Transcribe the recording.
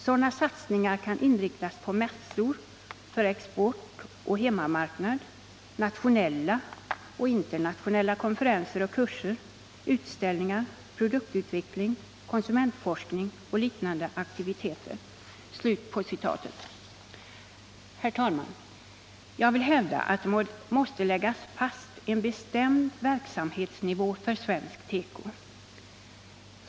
Sådana satsningar kan inriktas på mässor för export och hemmamarknad, nationella och internationella konferenser och kurser, utställningar, produktutveckling, konsumentforskning och liknande aktiviteter.” Herr talman! Jag vill hävda att det måste läggas fast en bestämd verksamhetsnivå för svensk teko.